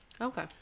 Okay